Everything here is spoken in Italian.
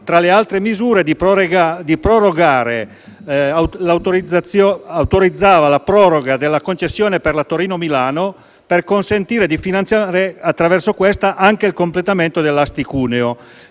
tra le altre misure, autorizzava la proroga della concessione per il tratto Torino-Milano per consentire di finanziare, attraverso questa, anche il completamento dell'Asti-Cuneo,